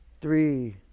three